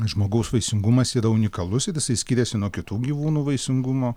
žmogaus vaisingumas yra unikalus ir jisai skiriasi nuo kitų gyvūnų vaisingumo